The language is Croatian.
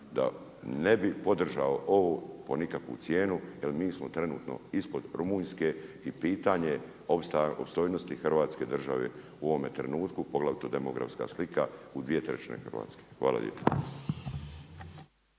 da ne bi podržao ovo po nikakvu cijenu jer mi smo trenutno ispod Rumunjske i pitanje opstojnosti hrvatske države u ovo trenutku, poglavito demografska slika u 2/3 Hrvatske. Hvala lijepo.